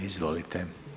Izvolite.